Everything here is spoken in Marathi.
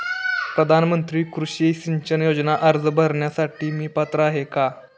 प्रधानमंत्री कृषी सिंचन योजना अर्ज भरण्यासाठी मी पात्र आहे का?